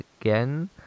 again